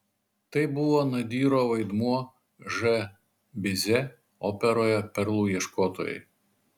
tai buvo nadyro vaidmuo ž bize operoje perlų ieškotojai